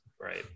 Right